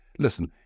Listen